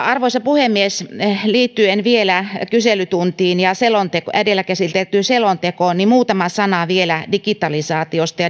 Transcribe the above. arvoisa puhemies liittyen vielä kyselytuntiin ja edellä käsiteltyyn selontekoon muutama sana digitalisaatiosta ja